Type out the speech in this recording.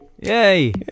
Yay